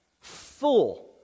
full